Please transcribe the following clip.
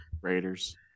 Raiders